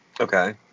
Okay